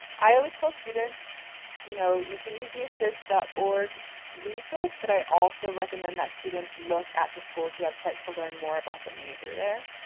i always tell students you know you can use the assist dot org resource but i also recommend that students look at the school's website to learn more about the major there.